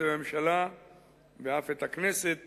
את הממשלה ואף את הכנסת